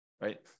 right